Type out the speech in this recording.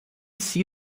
see